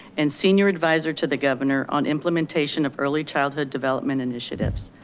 and senior advisor to the governor on implementation of early childhood development initiatives.